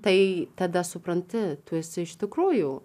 tai tada supranti tu esi iš tikrųjų